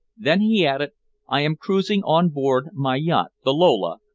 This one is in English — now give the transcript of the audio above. then he added i am cruising on board my yacht, the lola,